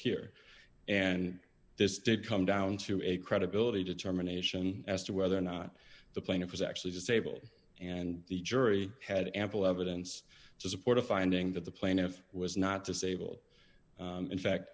here and this did come down to a credibility determination as to whether or not the plaintiff was actually disabled and the jury had ample evidence to support a finding that the plaintiff was not disabled in fact